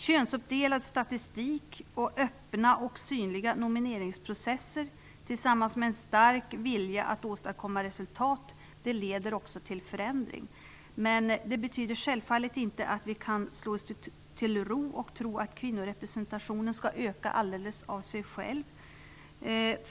Könsuppdelad statistik och öppna och synliga nomineringsprocesser tillsammans med en stark vilja att åstadkomma resultat leder också till förändring. Det betyder självfallet inte att vi kan slå oss till ro och tro att kvinnorepresentationen kommer att öka alldeles av sig själv.